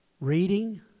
Reading